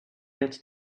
gets